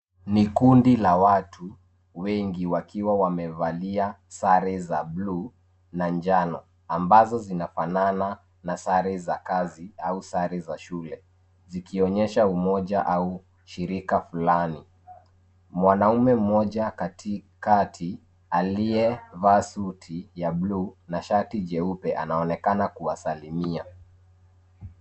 Ni kundi la watu wengi wakiwa wamevalia sare za bluu na njano ambazo zinafanana na sare za kazi au sare za shule, zikionyesha umoja au shirika fulani. Mwanaume mmoja katikati aliyevaa suti ya[ blue] na shati jeupe anaonekana kuwasalimia.